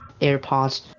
AirPods